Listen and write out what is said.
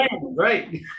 right